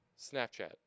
Snapchat